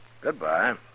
Goodbye